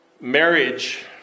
marriage